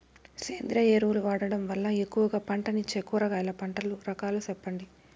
సేంద్రియ ఎరువులు వాడడం వల్ల ఎక్కువగా పంటనిచ్చే కూరగాయల పంటల రకాలు సెప్పండి?